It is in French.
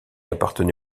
appartenait